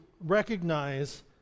recognize